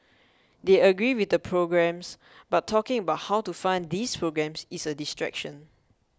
they agree with the programmes but talking about how to fund these programmes is a distraction